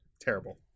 Terrible